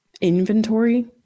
inventory